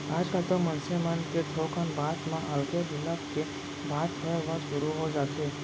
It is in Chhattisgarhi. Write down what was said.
आजकल तो मनसे मन के थोकन बात म अलगे बिलग के बात होय बर सुरू हो जाथे